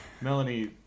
Melanie